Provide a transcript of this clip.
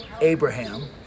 Abraham